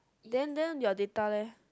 then then your data leh